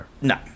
No